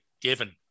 given